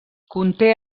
conté